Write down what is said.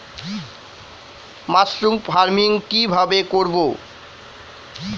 Mushroom farming কি ভাবে করব?